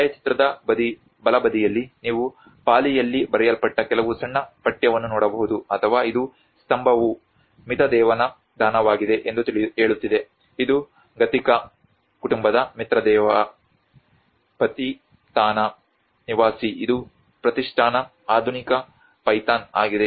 ಛಾಯಾಚಿತ್ರದ ಬಲಬದಿಯಲ್ಲಿ ನೀವು ಪಾಲಿಯಲ್ಲಿ ಬರೆಯಲ್ಪಟ್ಟ ಕೆಲವು ಸಣ್ಣ ಪಠ್ಯವನ್ನು ನೋಡಬಹುದು ಅಥವಾ ಇದು ಸ್ತಂಭವು ಮಿತದೇವನ ದಾನವಾಗಿದೆ ಎಂದು ಹೇಳುತ್ತಿದೆ ಇದು ಗತಿಕಾ ಕುಟುಂಬದ ಮಿತ್ರದೇವ ಪತಿಥಾನ ನಿವಾಸಿ ಇದು ಪ್ರತಿಷ್ಠಾನ ಆಧುನಿಕ ಪೈಥಾನ್ ಆಗಿದೆ